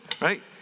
right